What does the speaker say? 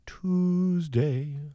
Tuesday